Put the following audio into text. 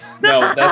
No